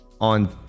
on